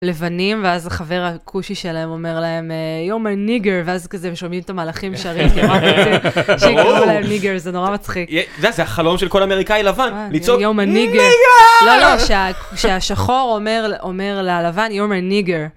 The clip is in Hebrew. לבנים, ואז החבר הכושי שלהם אומר להם, you're my niger, ואז כזה שומעים את המהלכים שרים. ש..קורא להם ניגר, זה נורא מצחיק. זה החלום של כל אמריקאי לבן, לצעוק ניגר. לא, לא, כשהשחור אומר ללבן, you're my niger.